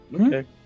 Okay